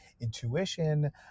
intuition